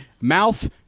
Mouth